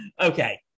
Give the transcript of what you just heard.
Okay